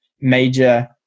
major